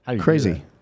Crazy